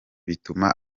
bituma